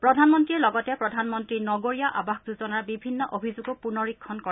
প্ৰধানমন্ত্ৰীয়ে লগতে প্ৰধানমন্ত্ৰী নগৰীয়া আৱাস যোজনাৰ বিভিন্ন অভিযোগো পুনৰীক্ষণ কৰে